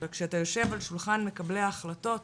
אבל כשאתה יושב על שולחן מקבלי ההחלטות,